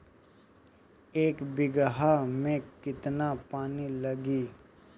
एक बिगहा में केतना पानी लागी?